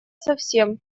совсем